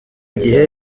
gihe